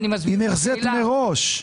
היא נחזית מראש.